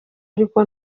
ariko